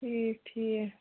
ٹھیٖک ٹھیٖک